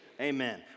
amen